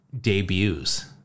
debuts